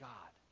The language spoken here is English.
God